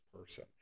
person